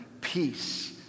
Peace